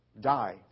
die